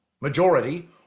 majority